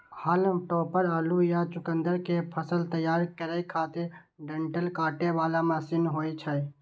हाल्म topper आलू या चुकुंदर के फसल तैयार करै खातिर डंठल काटे बला मशीन होइ छै